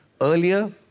earlier